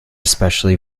especially